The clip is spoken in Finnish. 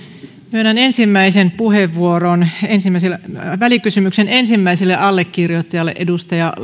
myönnän ensimmäisen puheenvuoron välikysymyksen ensimmäiselle allekirjoittajalle edustaja